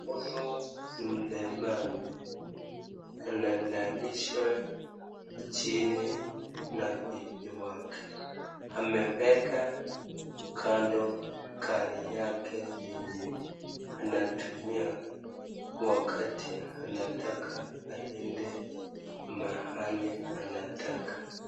Huyu ni mlemavu. Analalishwa chini na bibi wake. Ameweka kando gari yake yenye anatumia wakati anataka aende mahali anataka.